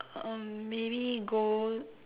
um maybe go